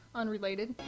unrelated